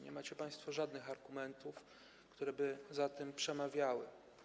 Nie macie państwo żadnych argumentów, które by za tym przemawiały.